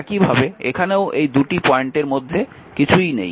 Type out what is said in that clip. একইভাবে এখানেও এই 2টি পয়েন্টের মধ্যে কিছুই নেই